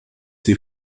ces